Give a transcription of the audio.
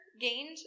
gained